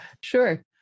Sure